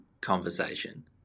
conversation